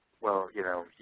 well, you know,